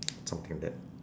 something that